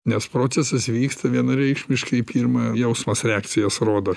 nes procesas vyksta vienareikšmiškai pirma jausmas reakcijas rodo